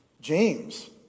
James